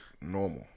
normal